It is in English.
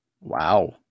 Wow